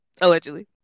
Allegedly